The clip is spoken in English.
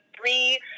three